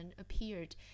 appeared